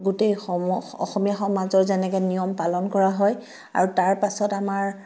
গোটেই সম অসমীয়া সমাজৰ যেনেকৈ নিয়ম পালন কৰা হয় আৰু তাৰ পাছত আমাৰ